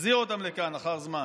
אותם לכאן לאחר זמן,